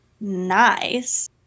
nice